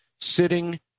sitting